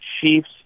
Chiefs